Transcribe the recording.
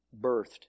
birthed